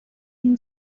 این